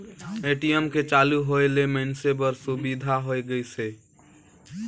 ATM के चालू होय ले मइनसे बर सुबिधा होय गइस हे